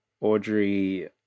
Audrey